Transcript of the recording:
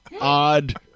odd